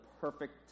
perfect